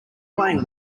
playing